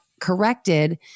corrected